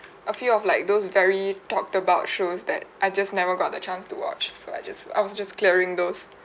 a few of like those very talked about shows that I just never got the chance to watch so I just I was just clearing those